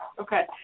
Okay